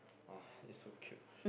oh it's so cute